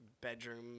bedroom